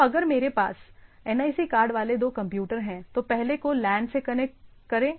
तो अगर मेरे पास NIC कार्ड वाले दो कंप्यूटर हैं तो पहले को LAN से कैसे कनेक्ट करें